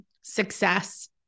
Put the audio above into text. success